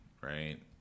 right